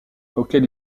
auquel